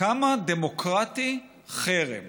כמה דמוקרטי חרם